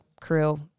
crew